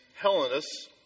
Hellenists